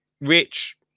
Rich